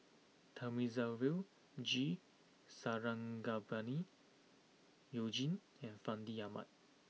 Thamizhavel G Sarangapani you Jin and Fandi Ahmad